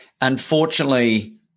unfortunately